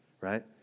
right